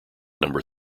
number